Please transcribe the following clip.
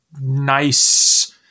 nice